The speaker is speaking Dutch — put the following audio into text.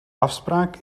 afspraak